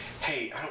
Hey